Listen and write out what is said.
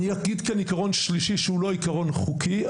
אני אגיד כאן עיקרון שלישי שהוא לא עיקרון חוקי,